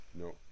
No